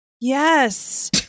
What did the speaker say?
Yes